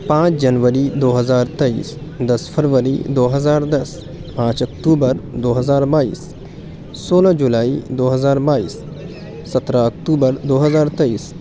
پانچ جنوری دو ہزار تئیس دس فروری دو ہزار دس پانچ اکتوبر دو ہزار بائیس سولہ جولائی دو ہزار بائیس سترہ اکتوبر دوہزار تئیس